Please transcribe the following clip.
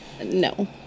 no